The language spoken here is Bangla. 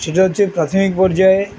সেটা হচ্ছে প্রাথমিক পর্যায়ে